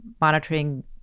monitoring